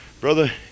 Brother